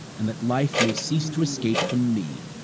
and that life may seize to escape from me.